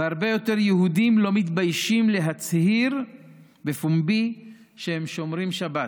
והרבה יותר יהודים לא מתביישים להצהיר בפומבי שהם שומרים שבת.